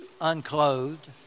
unclothed